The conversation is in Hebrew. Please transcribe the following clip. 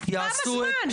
כמה זמן?